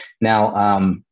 Now